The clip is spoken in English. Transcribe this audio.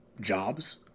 jobs